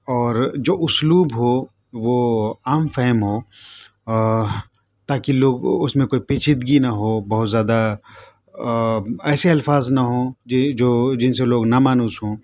اور جو اسلوب ہو وہ عام فہم ہو تا کہ لوگ اس میں کوئی پیچیدگی نہ ہو بہت زیادہ ایسے الفاظ نہ ہوں جو جن سے لوگ نامانوس ہوں